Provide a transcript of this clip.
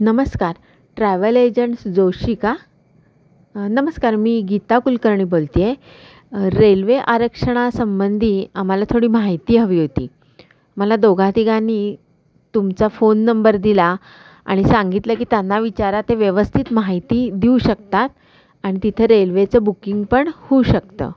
नमस्कार travel agents Joshi का नमस्कार मी गीता कुलकर्णी बोलते आहे रेल्वे आरक्षणासंंबंधी आम्हाला थोडी माहिती हवी होती मला दोघातिघांनी तुमचा फोन नंबर दिला आणि सांगितलं की त्यांना विचारा ते व्यवस्थित माहिती देऊ शकतात आणि तिथे रेल्वेचं बुकिंग पण होऊ शकतं